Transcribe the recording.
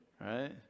Right